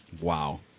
Wow